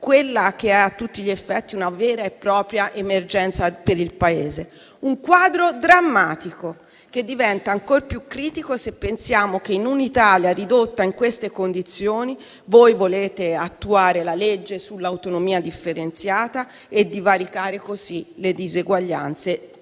quella che, a tutti gli effetti, è una vera e propria emergenza per il Paese. Un quadro drammatico, che diventa ancor più critico se pensiamo che, in un'Italia ridotta in queste condizioni, voi volete attuare la legge sull'autonomia differenziata e divaricare così le diseguaglianze